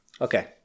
okay